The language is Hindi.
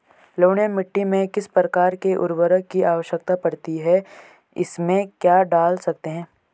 लवणीय मिट्टी में किस प्रकार के उर्वरक की आवश्यकता पड़ती है इसमें क्या डाल सकते हैं?